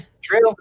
True